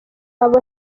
abo